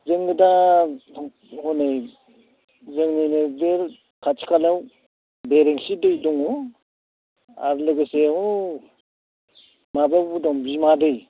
जोङो दा हनै जोंनिनो बे खाथिखालायाव बेरेंसि दै दङ आरो लोगोसे ह' माबायावबो दं बिमा दै